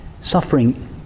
Suffering